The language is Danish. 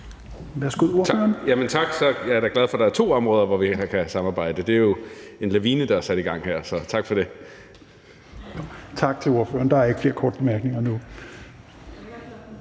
Tak. Jeg er da glad for, at der er to områder, hvor vi kan samarbejde. Det er jo en lavine, der er sat i gang her, så tak for det. Kl. 16:23 Tredje næstformand (Rasmus